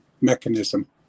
mechanism